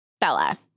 Bella